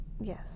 Yes